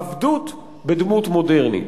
עבדות בדמות מודרנית.